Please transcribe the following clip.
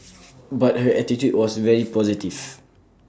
but her attitude was very positive